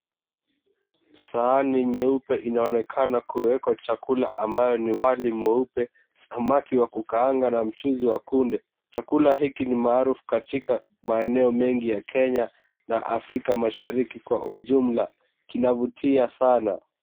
Sahani nyeupe inaonekana kuwekwa chakula ambayo ni wali mweupe, samaki wa kukaanga na mchuzi wa kunde, chakula hiki ni maarufu katika maeneo mengi ya Kenya na Afrika Mashariki kijumla kinavutia sana.